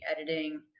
editing